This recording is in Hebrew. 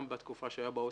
גם בתקופה שהוא היה ב-OECD,